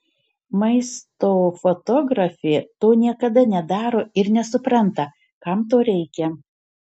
maisto fotografė to niekada nedaro ir nesupranta kam to reikia